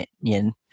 opinion